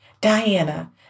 Diana